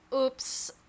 Oops